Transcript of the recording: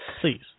Please